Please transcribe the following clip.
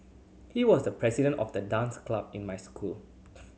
he was the president of the dance club in my school